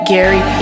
Gary